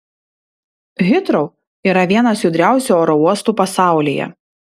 hitrou yra vienas judriausių oro uostų pasaulyje